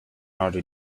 already